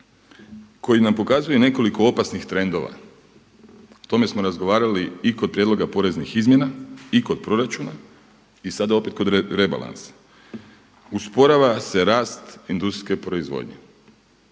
koji nam pokazuju i nekoliko opasnih trendova. O tome smo razgovarali i kod prijedloga poreznih izmjena, i kod proračuna i sada opet kod rebalansa. Usporava se rast industrijske proizvodnje.